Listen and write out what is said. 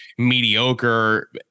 mediocre